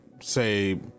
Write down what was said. say